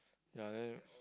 ya then